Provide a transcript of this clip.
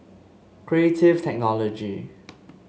Creative Technology